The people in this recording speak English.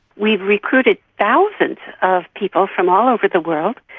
we've recruited thousands of people from all over the world,